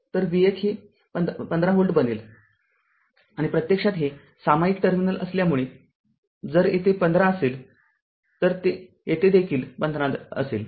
तर v१ हे १५ व्होल्ट बनेल आणि प्रत्यक्षात हे सामायिक टर्मिनल असल्यामुळे जर येथे १५ असेल तर येथे देखील १५ असेल